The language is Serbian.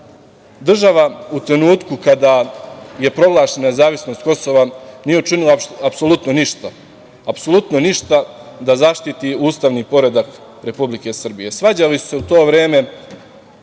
unazad. Država u trenutku kada je proglašena nezavisnost Kosova nije učinila apsolutno ništa, apsolutno ništa da zaštiti ustavni poredak Republike Srbije. Svađali su se u to vreme